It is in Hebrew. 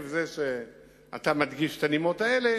כיוון שאתה מדגיש את הנימות האלה,